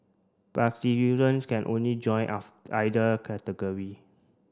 can only join us either category